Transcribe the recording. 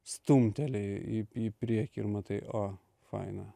stumteli į į priekį ir matai o faina